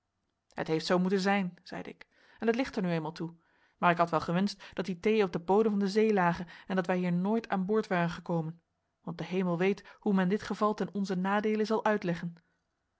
het heeft zoo moeten zijn zeide ik en het ligt er nu eenmaal toe maar ik had wel gewenscht dat die thee op den bodem van de zee lage en dat wij hier nooit aan boord waren gekomen want de hemel weet hoe men dit geval ten onzen nadeele zal uitleggen